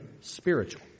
spiritual